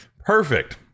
Perfect